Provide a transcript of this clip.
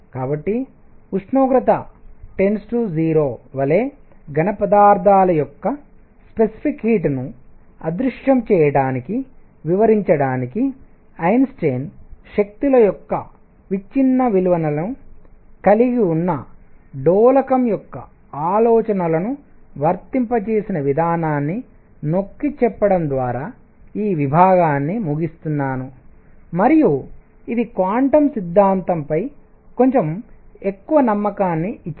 కాబట్టి ఉష్ణోగ్రత 0 వలె ఘనపదార్థాల యొక్క స్పెసిఫిక్ హీట్ ని అదృశ్యం చేయడాన్ని వివరించడానికి ఐన్స్టీన్ శక్తుల యొక్క విచ్ఛిన్నవిలువలను కలిగి ఉన్న డోలకం యొక్క ఆలోచనలను వర్తింప చేసిన విధానాన్ని నొక్కి చెప్పడం ద్వారా ఈ విభాగాన్ని ముగిస్తున్నాను మరియు ఇది క్వాంటం సిద్ధాంతంపై కొంచెం ఎక్కువ నమ్మకాన్ని ఇచ్చింది